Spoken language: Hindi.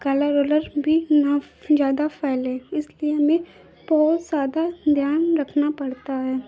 और कलर ओलर भी न ज़्यादा फैले इसलिए हमें बहुत ज़्यादा ध्यान रखना पड़ता है